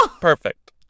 perfect